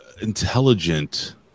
intelligent